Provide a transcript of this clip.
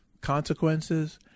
consequences